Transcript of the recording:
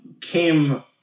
came